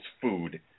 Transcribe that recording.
food